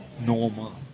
normal